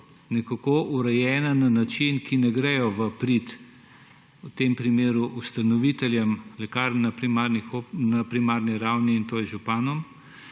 še bolj urejena na način, ki ne gredo v prid, v tem primeru, ustanoviteljem lekarn na primarni ravni, in to je županom.